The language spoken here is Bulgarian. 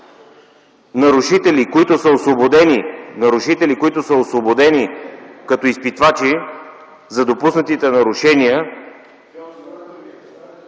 нарушители, които са освободени като изпитвачи за допуснатите нарушения,